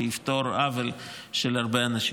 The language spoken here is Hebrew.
שיפתור עוול להרבה אנשים.